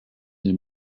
near